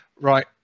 Right